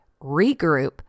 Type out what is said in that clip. regroup